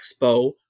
expo